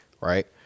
Right